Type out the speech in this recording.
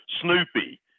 snoopy